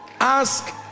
ask